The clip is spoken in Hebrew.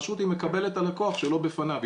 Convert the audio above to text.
פשוט היא מקבלת את הלקוח שלא בפניו.